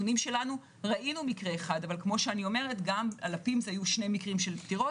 אבל כאמור גם על PIMS היו שני מקרי פטירות,